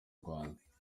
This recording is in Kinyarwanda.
rwanda